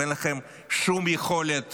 אין לכם שום יכולת